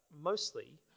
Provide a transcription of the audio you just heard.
mostly